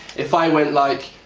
if i went like